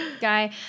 guy